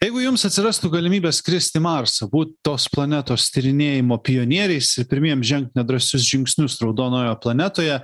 jeigu jums atsirastų galimybė skristi į marsą būt tos planetos tyrinėjimo pionieriais ir pirmiem žengt nedrąsius žingsnius raudonojoje planetoje